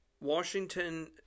Washington